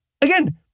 again